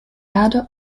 erde